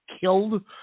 killed